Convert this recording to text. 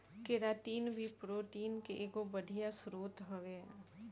keratin भी protein के एगो बढ़िया स्रोत हवे